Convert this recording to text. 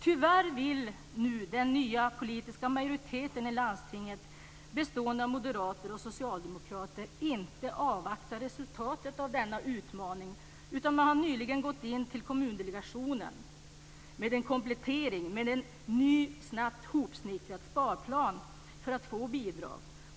Tyvärr vill nu den nya politiska majoriteten i landstinget, bestående av moderater och socialdemokrater, inte avvakta resultatet av denna utmaning, utan man har nyligen gått in till Kommundelegationen med en komplettering, med en ny, snabbt hopsnickrad sparplan, för att få bidrag.